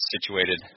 situated